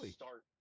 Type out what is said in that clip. start